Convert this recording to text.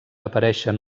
apareixen